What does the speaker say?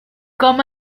come